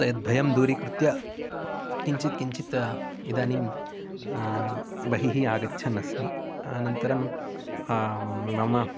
यद्भयं दूरीकृत्य किञ्चित् किञ्चित् इदानीं बहिः आगच्छन् अस्मि अनन्तरं मम